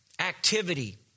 activity